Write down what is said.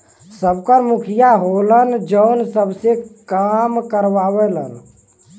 सबकर मुखिया होलन जौन सबसे काम करावलन